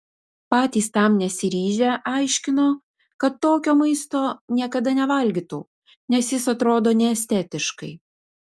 patys tam nesiryžę aiškino kad tokio maisto niekada nevalgytų nes jis atrodo neestetiškai